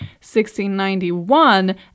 1691